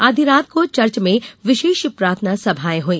आधी रात को चर्च में विशेष प्रार्थना सभाएं हई